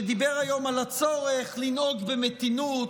שדיבר היום על הצורך לנהוג במתינות,